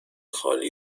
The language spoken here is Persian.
خالی